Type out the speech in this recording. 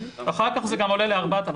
אחר כך זה גם עולה ל-4,000.